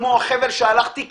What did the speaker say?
כמו החבל שהלכתי עליו,